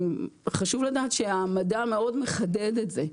חשוב לדעת שהמדע מאוד מחדד את זה,